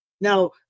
Now